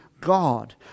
God